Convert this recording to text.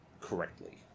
correctly